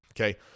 okay